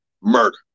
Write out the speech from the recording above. murder